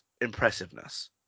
impressiveness